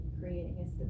creating